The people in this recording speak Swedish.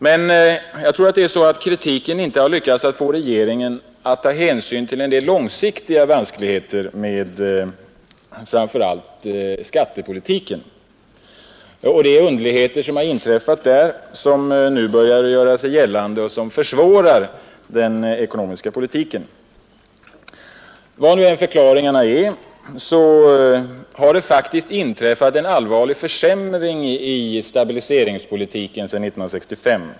Men kritiken lyckades inte få regeringen att ta hänsyn till olika långsiktiga vanskligheter förenade framför allt med skattepolitiken, underligheter som nu börjar göra sig gällande och försvårar den ekonomiska politiken. Vad nu än förklaringarna är, så har det faktiskt inträffat en allvarlig försämring i stabiliseringspolitiken sedan 1965.